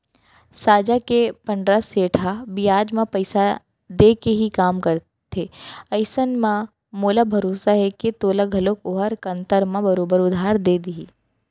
साजा के पंडरा सेठ ह बियाज म पइसा देके ही काम करथे अइसन म मोला भरोसा हे के तोला घलौक ओहर कन्तर म बरोबर उधार दे देही